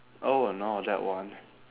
oh I know that one